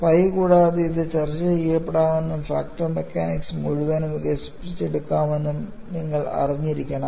pi കൂടാതെ ഇത് ചർച്ച ചെയ്യപ്പെടാമെന്നും ഫ്രാക്ചർ മെക്കാനിക്സ് മുഴുവനും വികസിപ്പിച്ചെടുക്കാമെന്നും നിങ്ങൾ അറിഞ്ഞിരിക്കണം